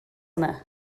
yna